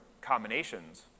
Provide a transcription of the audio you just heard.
combinations